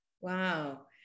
wow